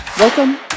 Welcome